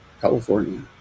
california